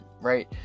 right